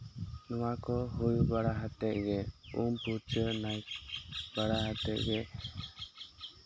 ᱱᱚᱣᱟ ᱦᱩᱭ ᱵᱟᱲᱟ ᱠᱟᱛᱮᱫ ᱜᱮ ᱩᱢ ᱯᱷᱟᱨᱪᱟ ᱵᱟᱲᱟ ᱠᱟᱛᱮᱫ ᱜᱮ